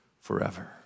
forever